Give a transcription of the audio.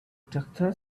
doctor